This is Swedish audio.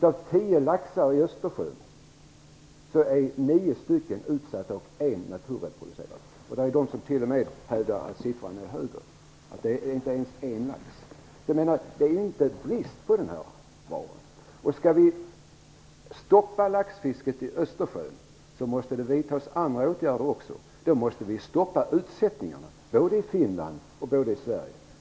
Av 10 laxar i Östersjön är 9 utsatta och 1 naturreproducerad. Det finns t.o.m. en del som hävdar att de odlade laxarnas andel är ännu högre. Det är alltså inte brist på den här varan. Skall vi stoppa laxfisket i Östersjön, måste det vidtas också andra åtgärder. Då måste vi stoppa utsättningarna, både i Finland och i Sverige.